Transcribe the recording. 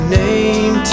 name